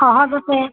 সহজতে